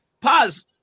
pause